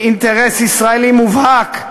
היא אינטרס ישראלי מובהק.